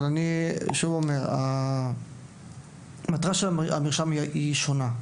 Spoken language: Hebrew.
אבל אני שוב אומר: המטרה של המרשם היא שונה.